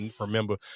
remember